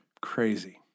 Crazy